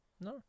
No